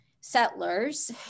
settlers